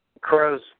Crows